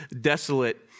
desolate